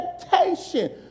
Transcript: expectation